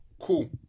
Cool